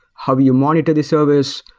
how you monitor this service.